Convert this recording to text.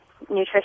nutrition